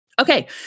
Okay